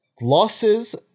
losses